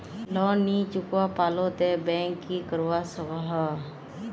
Loan नी चुकवा पालो ते बैंक की करवा सकोहो?